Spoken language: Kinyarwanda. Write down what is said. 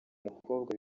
umukobwa